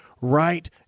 right